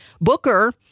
Booker